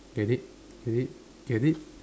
get it get it get it